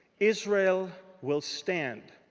israel will stand.